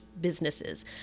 businesses